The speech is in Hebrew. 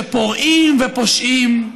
שפורעים ופושעים,